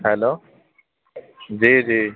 hello جی جی